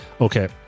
okay